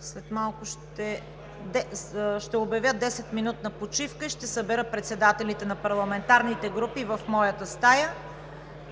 След малко ще обявя 10-минутна почивка и ще събера председателите на парламентарните групи в моята стая.